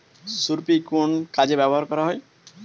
খুরপি কি কোন কাজে ব্যবহার করা হয়?